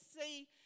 see